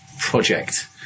project